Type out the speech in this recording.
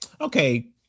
okay